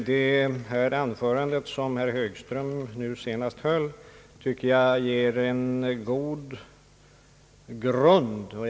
Herr talman! Det anförande herr Högström senast höll tycker jag ger en god grund för ett framtida samarbete.